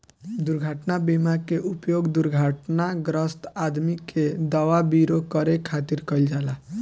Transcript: दुर्घटना बीमा के उपयोग दुर्घटनाग्रस्त आदमी के दवा विरो करे खातिर कईल जाला